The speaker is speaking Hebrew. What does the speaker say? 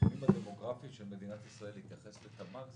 בתנאים הדמוגרפיים של מדינת ישראל להתייחס לתמ"ג?